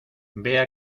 vea